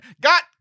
got